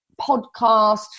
podcast